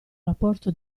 rapporto